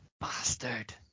Bastard